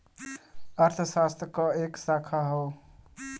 अर्थशास्त्र क एक शाखा हौ